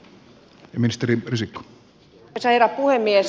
arvoisa herra puhemies